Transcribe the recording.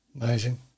Amazing